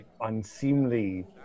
unseemly